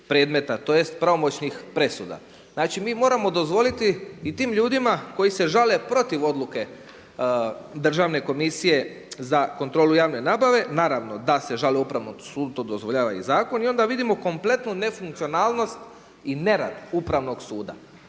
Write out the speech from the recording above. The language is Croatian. tj. pravomoćnih presuda. Znači mi moramo dozvoliti i tim ljudima koji se žale protiv odluke Državne komisije za kontrolu javne nabave, naravno da se žele Upravnom sudu, to dozvoljava i zakon i onda vidimo kompletnu nefunkcionalnost i nerad Upravnog suda,